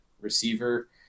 receiver